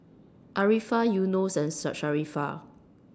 Arifa Yunos and Sharifah